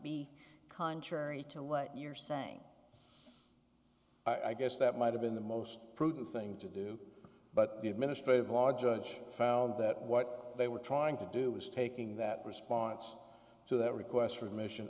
be contrary to what you're saying i guess that might have been the most prudent thing to do but the administrative law judge found that what they were trying to do was taking that response to that request for admission